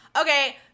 Okay